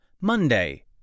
Monday